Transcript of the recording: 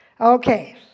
Okay